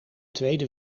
tweede